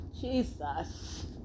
Jesus